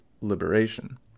liberation